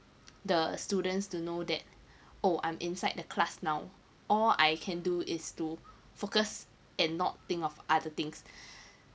the students to know that oh I'm inside the class now all I can do is to focus and not think of other things